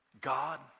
God